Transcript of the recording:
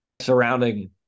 surrounding